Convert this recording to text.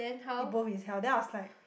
if both is hell then I was like